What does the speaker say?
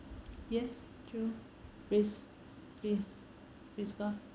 yes true praise praise praise god